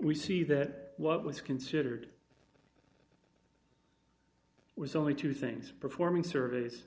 we see that what was considered was only two things performing surveys